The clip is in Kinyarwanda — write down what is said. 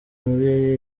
muri